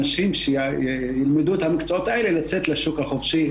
ששם תמיד היה אחוז מאוד גבוה,